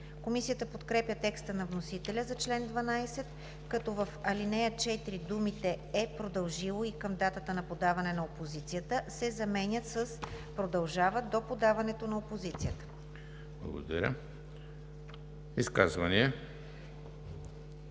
Комисията подкрепя текста на вносителя за чл. 12, като в ал. 4 думите „е продължило и към датата на подаване на опозицията“ се заменят с „продължават до подаването на опозицията“. ПРЕДСЕДАТЕЛ